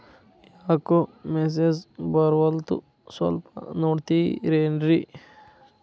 ಯಾಕೊ ಮೆಸೇಜ್ ಬರ್ವಲ್ತು ಸ್ವಲ್ಪ ನೋಡ್ತಿರೇನ್ರಿ?